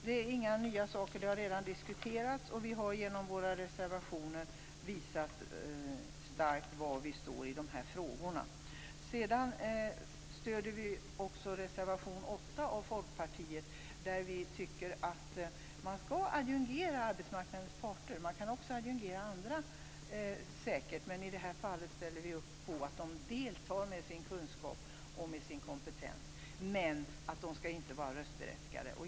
Det är inga nya saker. De har redan diskuterats. Vi har genom våra reservationer visat tydligt var vi står i dessa frågor. Vi stöder också reservation 8 av Folkpartiet. Vi tycker att man skall adjungera arbetsmarknadens parter. Man kan säkert också adjungera andra, men i detta fall ställer vi upp på att de deltar med sin kunskap och med sin kompetens utan att vara röstberättigade.